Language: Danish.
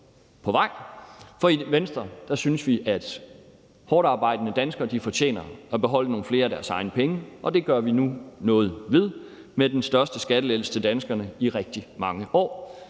på vej. For i Venstre synes vi, at hårdtarbejdende danskere fortjener at beholde nogle flere af deres egne penge, og det gør vi nu noget ved med den største skattelettelse til danskerne i rigtig mange år.